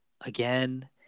again